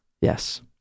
Yes